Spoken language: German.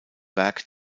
werk